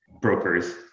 brokers